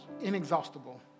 inexhaustible